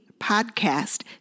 Podcast